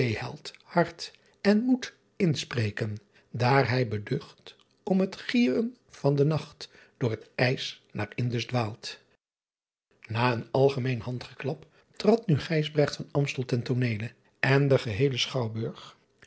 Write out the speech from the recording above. hart en moedt in spreken aer hy beducht om t gieren van de naelt oor t ys naer ndus dwaelt a een algemeen handgeklap trad nu ijsbrecht van emstel ten ooneele en de geheele chouwburg